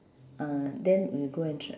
ah then we go and tr~